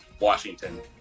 Washington